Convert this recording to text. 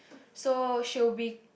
so she'll be